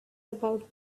about